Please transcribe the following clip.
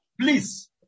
Please